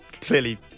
clearly